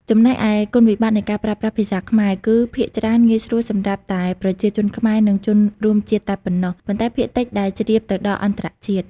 ចំណែកឯគុណវិបត្តិនៃការប្រើប្រាស់ភាសាខ្មែរវិញ គឺភាគច្រើនងាយស្រួលសម្រាប់តែប្រជាជនខ្មែរនិងជនរួមជាតិតែប៉ុណ្ណោះ ប៉ុន្តែភាគតិចដែលជ្រាបទៅដល់អន្តរជាតិ។